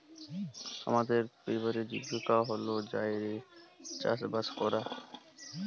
হামদের পরিবারের জীবিকা হল্য যাঁইয়ে চাসবাস করা